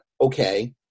okay